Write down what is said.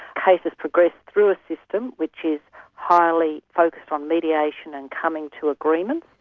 cases progressed through a system which is highly focused on mediation and coming to agreements.